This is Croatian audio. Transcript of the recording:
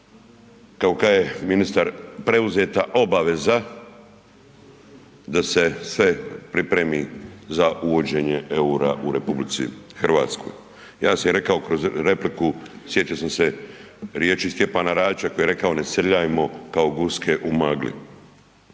kao kaže ministar preuzeta obaveza da se sve pripremi za uvođenje EUR-a u RH. Ja sam i rekao kroz repliku, sjetio sam se riječi Stjepana Radića koji je rekao „ne srljajmo kao guske u magli“.